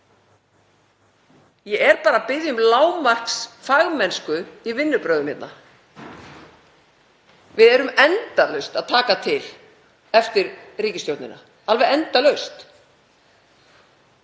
Ég er aðeins að biðja um lágmarksfagmennsku í vinnubrögðum hérna. Við erum endalaust að taka til eftir ríkisstjórnina, alveg endalaust.